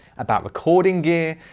about recording gear,